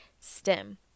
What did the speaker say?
STEM